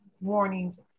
warnings